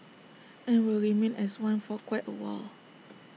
and will remain as one for quite A while